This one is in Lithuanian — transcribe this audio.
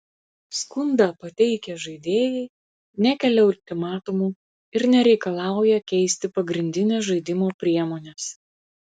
skundą pateikę žaidėjai nekelia ultimatumų ir nereikalauja keisti pagrindinės žaidimo priemonės